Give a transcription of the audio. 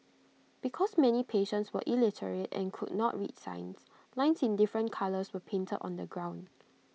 because many patients were illiterate and could not read signs lines in different colours were painted on the ground